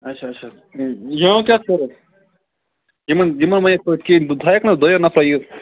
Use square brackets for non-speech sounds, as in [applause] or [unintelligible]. اچھا اچھا ییٚمیُک کیاہ کورُکھ یِمن یِمن وَنیاو [unintelligible] تھایَکھ نہ حظ دۄیو نَفرَو یہِ